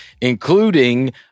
including